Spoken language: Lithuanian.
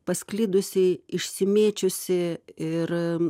pasklidusi išsimėčiusi ir